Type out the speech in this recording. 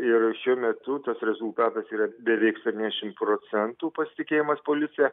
ir šiuo metu tas rezultatas yra beveik septyndešim procentų pasitikėjimas policija